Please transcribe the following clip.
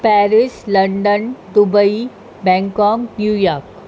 Paris London Dubai Bangkok New York